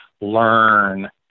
learn